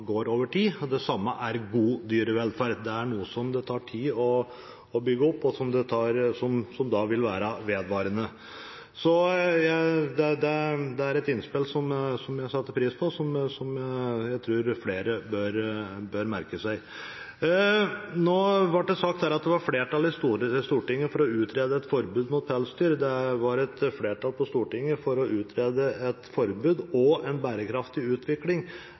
går over tid, det samme gjelder god dyrevelferd. Det er noe som det tar tid å bygge opp, og som vil være vedvarende. Det er et innspill som jeg setter pris på, og som jeg tror flere bør merke seg. Det ble sagt her at det var flertall i Stortinget for å utrede et forbud mot pelsdyroppdrett. Det var et flertall på Stortinget for å utrede et forbud og en bærekraftig utvikling.